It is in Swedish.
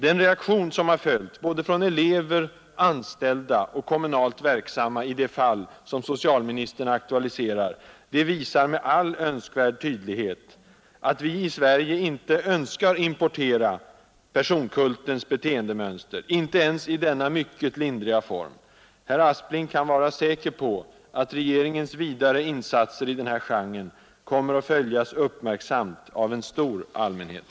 Den reaktion som följt från både elever, anställda och kommunalt verksamma i det fall socialministern aktualiserar visar med all önskvärd tydlighet att vi i Sverige inte önskar importera personkultens beteendemönster, inte ens i denna mycket lindriga form, Herr Aspling kan vara säker på att regeringens vidare insatser i denna genre kommer att följas uppmärksamt av en stor allmänhet.